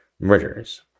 murders